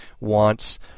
wants